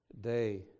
day